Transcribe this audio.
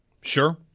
Sure